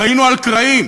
חיינו על קרעים,